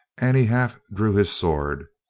and he half drew his sword.